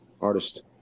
artist